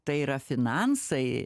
tai yra finansai